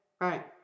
Right